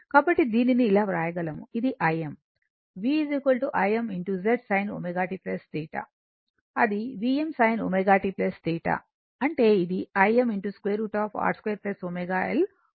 కాబట్టి దీనిని ఇలా వ్రాయగలము ఇది Im v Im Z sin ω t θ అది Vm sin ω t θ అంటే ఇది Im √ R 2 ω L 2 పదం